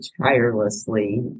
tirelessly